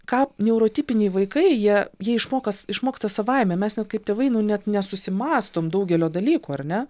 ką neurotipiniai vaikai jie jie išmoka išmoksta savaime mes net kaip tėvai nu net nesusimąstom daugelio dalykų ar ne